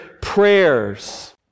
prayers